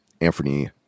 Anthony